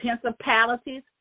Principalities